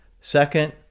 Second